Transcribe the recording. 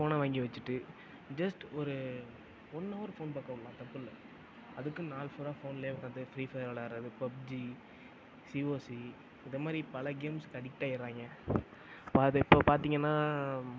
ஃபோனை வாங்கி வச்சுட்டு ஜெஸ்ட் ஒரு ஒன் ஹவர் ஃபோன் பார்க்க விடலாம் தப்பு இல்லை அதுக்குன்னு நாள் பூரா ஃபோன்லேயே உட்காந்து ஃப்ரீ ஃபையர் விளையாடுறது பப்ஜி சிஓசி இது மாதிரி பல கேம்ஸுக்கு அடிக்ட் ஆயிடுறாங்கே அது இப்போ பார்த்திங்கன்னா